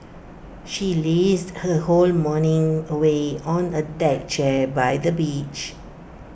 she lazed her whole morning away on A deck chair by the beach